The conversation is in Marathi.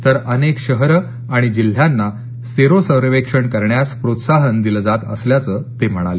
तर अनेक शहरं आणि जिल्ह्यांना सेरो सर्वेक्षण करण्यास प्रोत्साहन दिलं जात असल्याचं ते म्हणाले